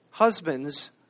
Husbands